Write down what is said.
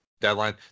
deadline